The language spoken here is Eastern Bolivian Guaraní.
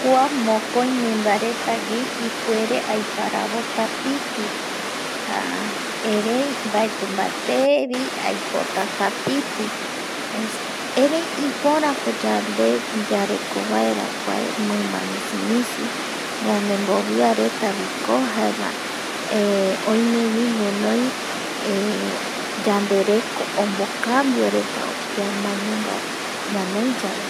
Kua mokoi minba retawi ipuereta aiparabo piti jha erei baeti bate bi aipotatapiti erei ipora ko yande yareko nbaera kuae minba misimisi ñande bobia reta biko jaema ehoimebi winoi yandereko onbo cambio reta .baenu ga ñanoi yabe